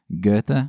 Goethe